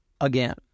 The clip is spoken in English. again